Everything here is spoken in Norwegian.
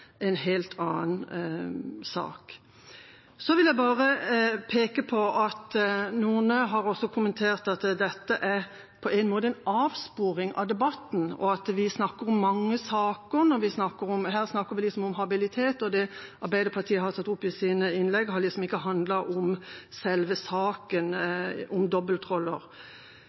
en helt annen sak. Så vil jeg peke på at noen har kommentert at dette er en avsporing av debatten, og at vi snakker om mange saker. Her snakker vi om habilitet, og det Arbeiderpartiet har tatt opp i sine innlegg, har ikke handlet om selve saken, om dobbeltroller.